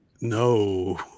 No